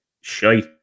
shite